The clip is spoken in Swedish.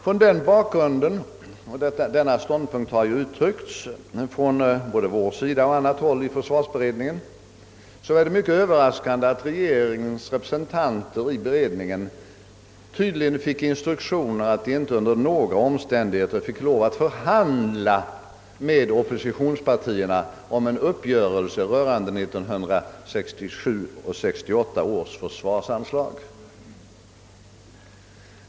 Mot den bakgrunden — denna ståndpunkt har uttryckts både från vår sida och på annat håll i försvarsberedningen — är det mycket överraskande att regeringens representanter i beredningen tydligen fick instruktioner om att de inte under några omständigheter fick förhandla med oppositionspartierna om en uppgörelse rörande försvarsanslag under 1967/68.